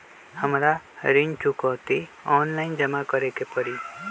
हमरा ऋण चुकौती ऑनलाइन जमा करे के परी?